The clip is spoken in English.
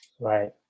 right